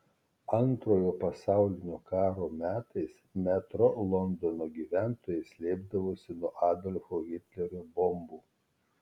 antrojo pasaulinio karo metais metro londono gyventojai slėpdavosi nuo adolfo hitlerio bombų